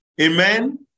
Amen